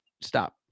stop